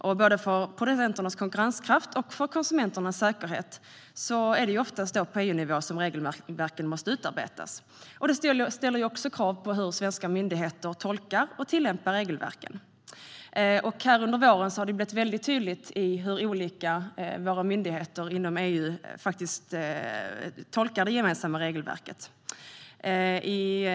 Med tanke på producenternas konkurrenskraft och konsumenternas säkerhet måste regelverken oftast utarbetas på EU-nivå. Det ställer också krav på hur svenska myndigheter tolkar och tillämpar regelverken. Under våren har det blivit mycket tydligt hur olika våra myndigheter faktiskt tolkar det gemensamma regelverket inom EU.